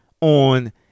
on